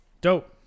dope